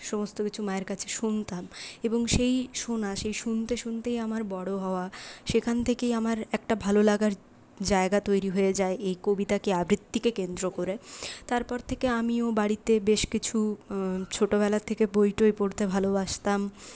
সমস্ত কিছু মায়ের কাছে শুনতাম এবং সেই শোনা সেই শুনতে শুনতেই আমার বড়ো হওয়া সেখান থেকেই আমার একটা ভালো লাগার জায়গা তৈরি হয়ে যায় এই কবিতাকে আবৃত্তিকে কেন্দ্র করে তারপর থেকে আমিও বাড়িতে বেশ কিছু ছোটোবেলা থেকে বই টই পড়তে ভালোবাসতাম